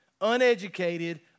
uneducated